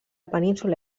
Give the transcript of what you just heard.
península